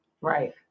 Right